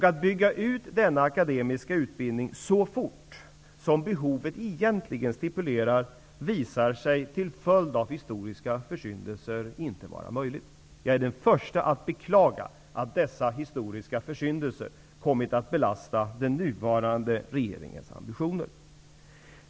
Att bygga ut denna akademiska utbildning så fort som behovet egentligen stipulerar är till följd av historiska försyndelser inte möjligt. Jag är den första att beklaga att dessa historiska försyndelser kommit att belasta den nuvarande regeringens ambitioner.